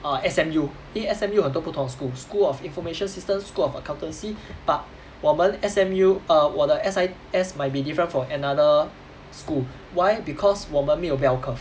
err S_M_U 因为 S_M_U 有很多不同的 school school of information systems school of accountancy but 我们 S_M_U err 我的 S_I_S might be different from another school why because 我们没有 bell curve